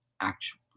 actual